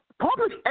Public